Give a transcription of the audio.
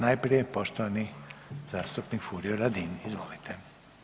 Najprije poštovani zastupnik Furio Radin, izvolite.